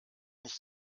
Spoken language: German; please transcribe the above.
nicht